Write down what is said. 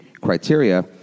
criteria